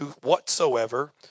Whatsoever